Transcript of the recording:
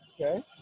Okay